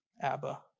Abba